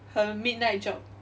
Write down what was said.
her midnight job